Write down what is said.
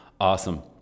awesome